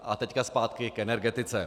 A teď zpátky k energetice.